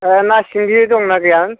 ना सिंगि दंना गैया